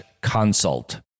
consult